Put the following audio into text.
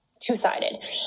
two-sided